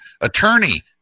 attorney